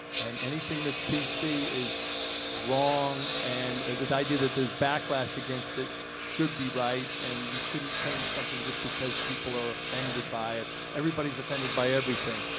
and anything that's pc is wrong, and the idea that there's backlash against it should be right and you shouldn't change something just because people are offended by it. everybody's offended by everything,